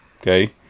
okay